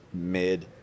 mid